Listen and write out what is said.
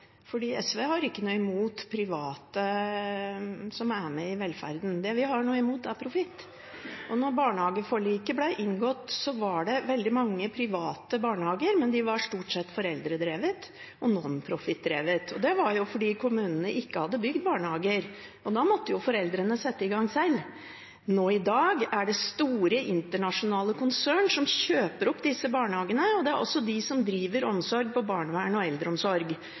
fordi kommunene ikke hadde bygd barnehager, og da måtte foreldrene sette i gang selv. Nå i dag er det store internasjonale konsern som kjøper opp disse barnehagene, og det er også de som driver omsorg innen barnevern og eldreomsorg.